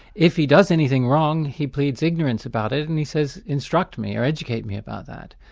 if he does anything wrong, he pleads ignorance about it, and he says, instruct me, or educate me about that.